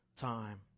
time